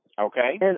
Okay